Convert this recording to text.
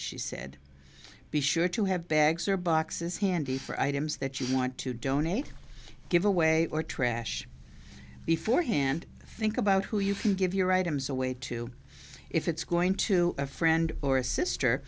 she said be sure to have bags or boxes handy for items that you want to donate give away or trash before hand think about who you can give your items away to if it's going to a friend or a sister